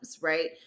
right